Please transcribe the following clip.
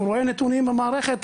הוא רואה נתונים במערכת,